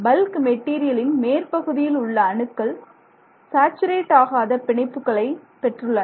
bulk மெட்டீரியலின் மேற்பகுதியில் உள்ள அணுக்கள் சாச்சுரேட் ஆகாத பிணைப்புகளை பெற்றுள்ளன